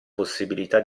possibilità